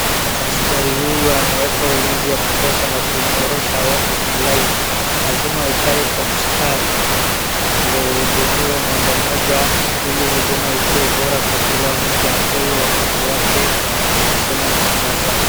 Askari huyu anaweka ulinzi wa kutosha na kuinyorosha watu kwa laini. Lazima ukae kwa mstari ndio uhudumiwe mmoja mmoja ili huduma ikuwe bora kwa kila mtu apewe wakati wake wa kusema mashida zake.